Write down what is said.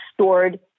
stored